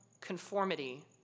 conformity